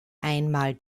einmal